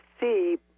see